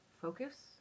focus